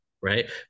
right